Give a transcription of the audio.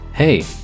Hey